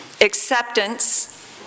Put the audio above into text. acceptance